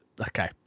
okay